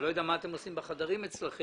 אני לא יודע מה אתם עושים בחדרים אצלכם